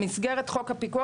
במסגרת חוק הפיקוח